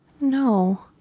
no